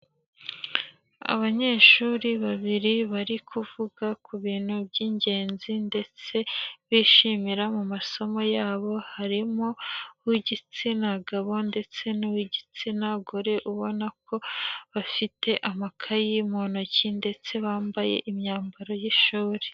AAbanyeshuri babiri bari kuvuga ku bintu by'ingenzi ndetse bishimira mu masomo yabo harimo uw'igitsina gabo ndetse n'uw'igitsina gore ubona ko bafite amakayi mu ntoki ndetse bambaye imyambaro y'ishuri.